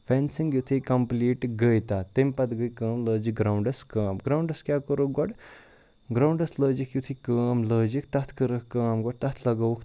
fencing یُتھُے complete گٔے تَتھ تٔمۍ پَتہٕ گٔے کٲم لٲجِکھ گرٛاوُنٛڈَس کٲم گرٛاوُنٛڈَس کیٛاہ کوٚرُکھ گۄڈٕ گرٛاوُنٛڈَس لٲجِکھ یُتھ یہِ کٲم لٲجِکھ تَتھ کٔرٕکھ کٲم گۄڈٕ تَتھ لَگٲوُکھ